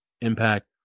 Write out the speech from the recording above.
impact